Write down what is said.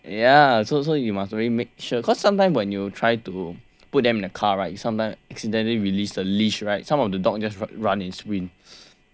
ya so so you must really make sure cause sometime when you try to put them in a car right sometimes accidentally released a leash right some of the dog just run and sprint